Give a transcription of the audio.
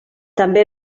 també